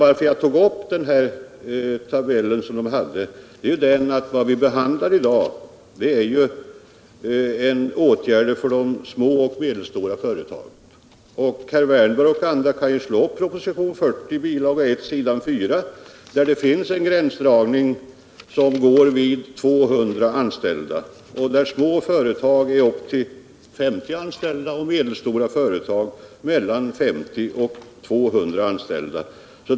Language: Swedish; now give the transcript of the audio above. Att jag tog upp denna tabell beror på att vi i dag behandlar åtgärder för de små och medelstora företagen. Herr Wärnberg och andra kan slå upp s. 4 i bilaga 1 till propositionen 40. Där finns en gräns angiven vid 200 anställda. Små företag har upp till 50 anställda och medelstora företag mellan 50 och 200 anställda.